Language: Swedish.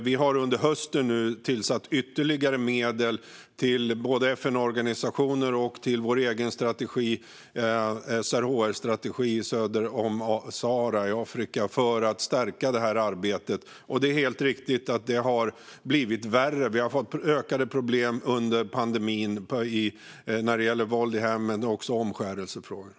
Vi har under hösten tillfört ytterligare medel till både FN-organisationer och vår egen SRHR-strategi söder om Sahara i Afrika för att stärka detta arbete. Det är helt riktigt att det har blivit värre. Vi har fått ökade problem under pandemin när det gäller våld i hemmet och också när det gäller omskärelser.